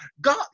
God